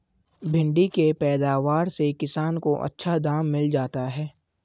भिण्डी के पैदावार से किसान को अच्छा दाम मिल जाता है